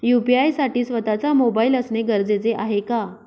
UPI साठी स्वत:चा mobile असणे गरजेचे आहे का?